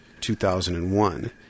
2001